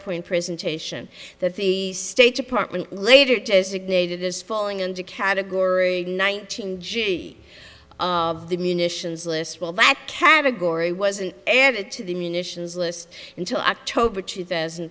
point presentation that the state department later to signet is falling into category nineteen g of the munitions list well that category wasn't added to the munitions list until october two thousand